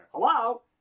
Hello